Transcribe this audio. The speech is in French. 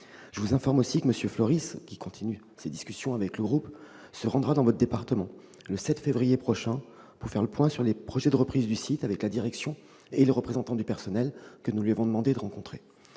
les salariés du site. M. Floris poursuit ses discussions avec le groupe Nestlé. Il se rendra dans votre département le 7 février prochain pour faire le point sur les projets de reprise du site avec la direction et les représentants du personnel, que nous lui avons demandé de rencontrer.